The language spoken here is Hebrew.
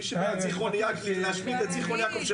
את רצית להשמיד את זיכרון יעקב.